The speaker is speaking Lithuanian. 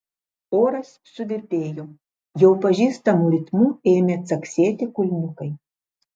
oras suvirpėjo jau pažįstamu ritmu ėmė caksėti kulniukai